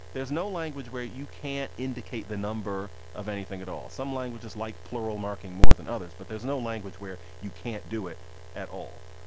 there's no language where you can't indicate the number of anything at all. some languages like plural marking more than others. but there's no language where you can't do it at all.